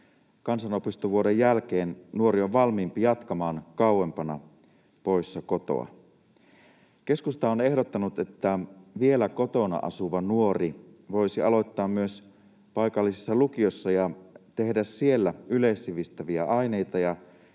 Kansanopistovuoden jälkeen nuori on valmiimpi jatkamaan kauempana, poissa kotoa. Keskusta on ehdottanut, että vielä kotona asuva nuori voisi aloittaa myös paikallisessa lukiossa ja tehdä siellä yleissivistäviä aineita